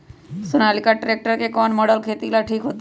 Sonalika tractor के कौन model खेती ला ठीक होतै?